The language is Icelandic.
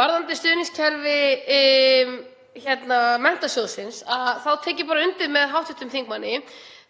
Varðandi stuðningskerfi Menntasjóðsins þá tek ég bara undir með hv. þingmanni.